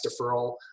deferral